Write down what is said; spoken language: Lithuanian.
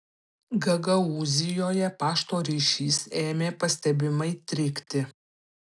gagaūzijoje pašto ryšys ėmė pastebimai trikti